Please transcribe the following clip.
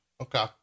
Okay